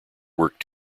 worked